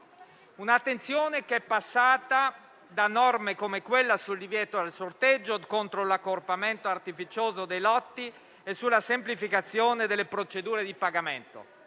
attenzione è passata da norme come quella sul divieto del sorteggio contro l'accorpamento artificioso dei lotti e quella sulla semplificazione delle procedure di pagamento.